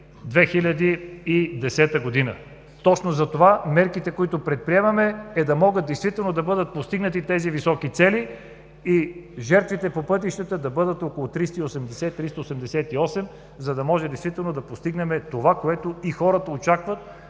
2010 г. Точно затова мерките, които предприемаме, е да могат действително да бъдат постигнати тези високи цели и жертвите по пътищата да бъдат около 380–388, за да може да постигнем това, което и хората очакват,